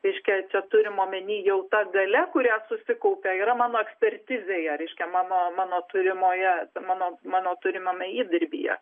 reiškia čia turima omeny jau ta galia kurią susikaupia yra mano ekspertizėje reiškia mano mano turimoje mano mano turimame įdirbyje